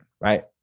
right